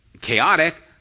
chaotic